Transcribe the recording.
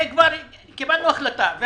וכבר נתקבלה החלטה,